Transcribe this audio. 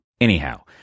Anyhow